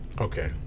Okay